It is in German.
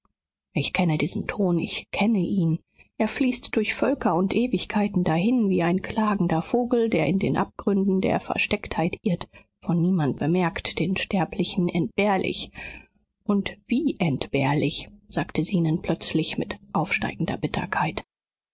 ich kenne diesen ton ich kenne ihn er fließt durch völker und ewigkeiten dahin wie ein klagender vogel der in den abgründen der verstecktheit irrt von niemand bemerkt den sterblichen entbehrlich und wie entbehrlich sagte zenon plötzlich mit aufsteigender bitterkeit